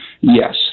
yes